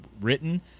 written